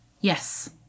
Yes